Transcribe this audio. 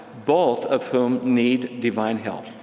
both of whom need divine help.